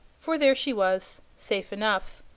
for there she was safe enough,